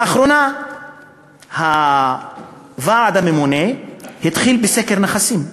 לאחרונה הוועדה הממונה התחילה בסקר נכסים,